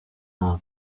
nta